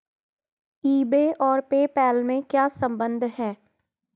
ई बे और PayPal में क्या संबंध है?